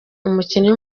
umukinnyi